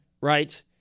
right